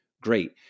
Great